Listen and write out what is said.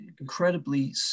incredibly